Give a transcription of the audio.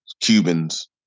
cubans